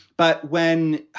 but when,